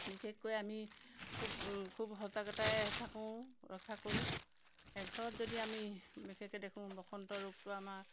বিশেষকৈ আমি খুব খুব সজাগতাৰে থাকোঁ ৰক্ষা কৰোঁ এঘৰত যদি আমি বিশেষকৈ দেখোঁ বসন্ত ৰোগটো আমাৰ